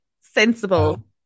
Sensible